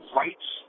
rights